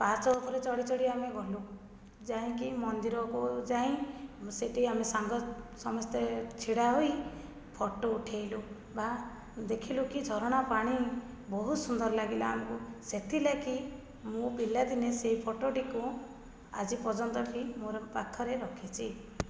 ପାହାଚ ଉପରେ ଚଢ଼ି ଚଢ଼ି ଆମେ ଗଲୁ ଯାଇକି ମନ୍ଦିରକୁ ଯାଇ ସେଠି ଆମେ ସାଙ୍ଗ ସମସ୍ତେ ଛିଡ଼ା ହୋଇ ଫଟୋ ଉଠେଇଲୁ ବାଃ ଦେଖିଲୁ କି ଝରଣା ପାଣି ବହୁତ ସୁନ୍ଦର ଲାଗିଲା ଆମକୁ ସେଥିଲାଗି ମୁଁ ପିଲା ଦିନେ ସେହି ଫଟୋଟିକୁ ଆଜି ପର୍ଯ୍ୟନ୍ତ ଠିକ୍ ମୋର ପାଖରେ ରଖିଛି